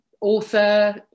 author